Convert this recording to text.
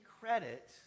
credit